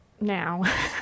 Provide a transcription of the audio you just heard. now